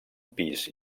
pis